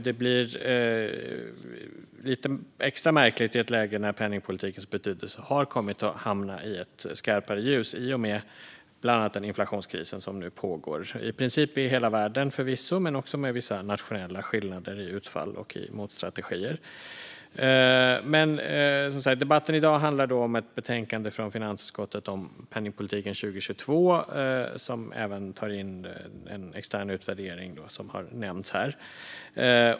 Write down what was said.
Det blir lite extra märkligt i ett läge då penningpolitikens betydelse har hamnat i ett skarpare ljus, i och med bland annat den inflationskris som pågår. Den pågår förvisso i hela världen i princip, men det finns vissa nationella skillnader i utfall och motstrategier. Debatten i dag handlar som sagt om ett betänkande från finansutskottet om penningpolitiken 2022, som även tar in en extern utvärdering, vilket har nämnts.